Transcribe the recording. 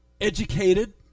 educated